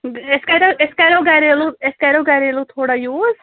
أسۍ کَریو أسۍ کَریو گریلوٗ أسۍ کَریو گَریلوٗ تھوڑا یوٗز